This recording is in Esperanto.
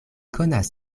konas